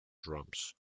drums